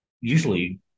usually